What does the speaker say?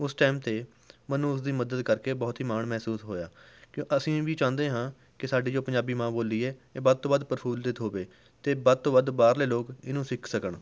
ਉਸ ਟਾਈਮ 'ਤੇ ਮੈਨੂੰ ਉਸ ਦੀ ਮਦਦ ਕਰਕੇ ਬਹੁਤ ਹੀ ਮਾਣ ਮਹਿਸੂਸ ਹੋਇਆ ਕਿ ਅਸੀਂ ਵੀ ਚਾਹੁੰਦੇ ਹਾਂ ਕਿ ਸਾਡੇ ਜੋ ਪੰਜਾਬੀ ਮਾਂ ਬੋਲੀ ਹੈ ਇਹ ਵੱਧ ਤੋਂ ਵੱਧ ਪ੍ਰਫੁੱਲਿਤ ਹੋਵੇ ਅਤੇ ਵੱਧ ਤੋਂ ਵੱਧ ਬਾਹਰਲੇ ਲੋਕ ਇਹਨੂੰ ਸਿੱਖ ਸਕਣ